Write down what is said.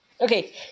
Okay